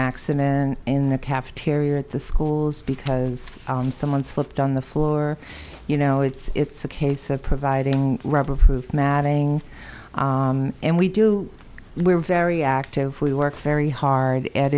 accident in the cafeteria at the schools because someone slipped on the floor you know it's a case of providing rubber proof matting and we do we're very active we work very hard at